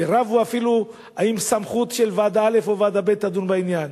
ורבו אפילו אם הסמכות היא של ועדה א' או שוועדה ב' תדון בעניין.